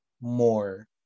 more